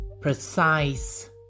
precise